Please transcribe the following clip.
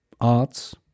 arts